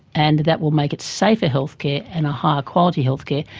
and that will make it safer healthcare and a higher quality healthcare,